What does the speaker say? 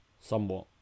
Somewhat